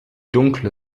dunkle